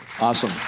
Awesome